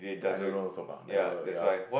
I don't know also bah never err ya